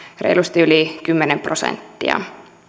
reilusti yli kymmenen prosenttia